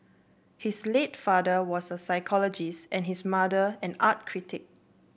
his late father was a psychologist and his mother an art critic